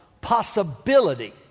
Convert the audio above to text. possibility